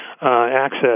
access